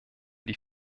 die